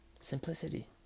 Simplicity